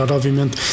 obviamente